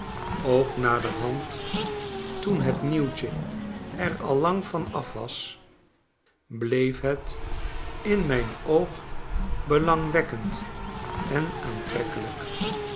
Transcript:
ook naderhand toen het nieuwtje er al lang af was bleef het in mijn oog belangwek kend en aantrekkelijk